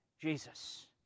Jesus